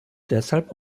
deshalb